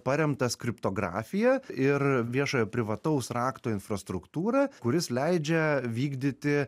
paremtas kriptografija ir viešojo privataus rakto infrastruktūra kuris leidžia vykdyti